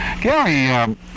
Gary